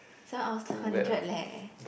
seven hours hundred leh